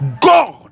God